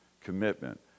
Commitment